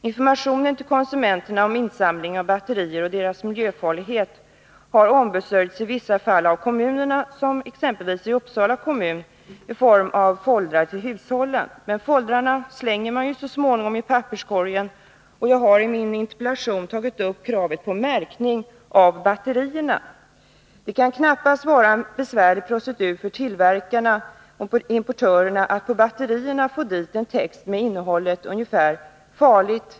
Informationen till konsumenterna om insamling av batterier och om batteriernas miljöfarlighet har i vissa fall ombesörjts av kommunerna — som exempelvis i Uppsala i form av foldrar till hushållen. Men foldrarna slänger man ju så småningom i papperskorgen. Jag har i min interpellation tagit upp kravet på märkning av batterierna. Det kan knappast vara en besvärlig procedur för tillverkarna/importörerna att förse batterierna med en text av ungefär följande innehåll: Farligt.